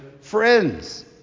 friends